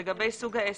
לגבי סוג העסק,